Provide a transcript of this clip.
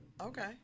Okay